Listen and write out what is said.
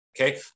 Okay